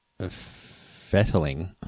fettling